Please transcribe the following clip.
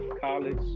college